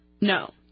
No